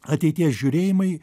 ateities žiūrėjimai